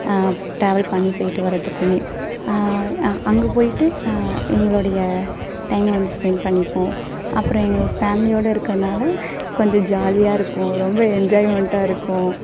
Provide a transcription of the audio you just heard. travel பண்ணி போயிட்டு வர்றதுக்குமே அங்கே போயிட்டு எங்களுடைய டைம்மை வந்து ஸ்பெண்ட் பண்ணிப்போம் அப்புறம் எங்க ஃபேமிலியோடு இருக்கிறனால கொஞ்சம் ஜாலியாக இருக்கும் ரொம்ப என்ஜாய்மெண்ட்டாக இருக்கும்